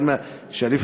כשאני,